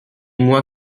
moi